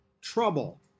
trouble